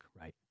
Right